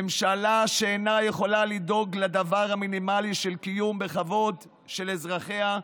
ממשלה שאינה יכולה לדאוג לדבר המינימלי של קיום בכבוד של אזרחיה,